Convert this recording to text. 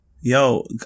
yo